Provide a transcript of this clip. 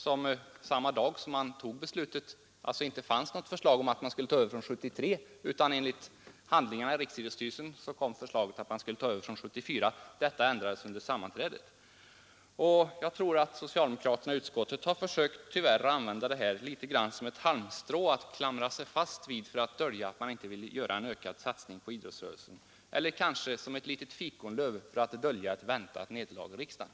Enligt styrelsens handlingar fanns det inte något förslag om att ta över ansvaret från 1973 vid RIS sammanträde, men samma dag som frågan behandlades väcktes förslaget att ta över ansvaret från 1974. Ändringen att besluta ta över från 1973 gjordes alltså under sammanträdets gång. Jag tror att socialdemokraterna i utskottet tyvärr har använt detta som ett halmstrå och för att dölja att man inte ville göra någon ökad satsning på idrottsrörelsen — eller kanske som fikonlöv för att dölja ett väntat nederlag i riksdagen.